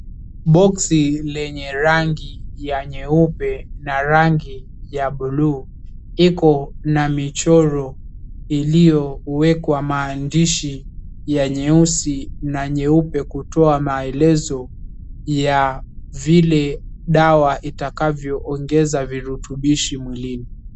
Boksi lenye rangi ya nyeupe na rangi ya buluu iko na michoro iliyowekwa maandishi ya nyeusi na nyeupe kutoa maelezo ya vile dawa itakavyoongeza virutubishi mwilini.